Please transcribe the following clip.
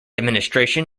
administration